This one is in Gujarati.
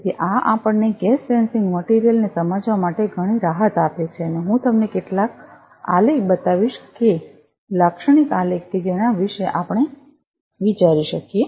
તેથી આ આપણ ને ગેસ સેન્સિંગ મટિરિયલ ને સમજવા માટે ઘણી રાહત આપે છે અને હું તમને કેટલાક આલેખ બતાવીશ કે લાક્ષણિક આલેખ કે જેના વિશે આપણે વિચારી શકીએ